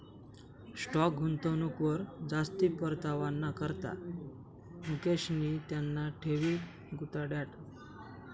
stock गुंतवणूकवर जास्ती परतावाना करता मुकेशनी त्याना ठेवी गुताड्यात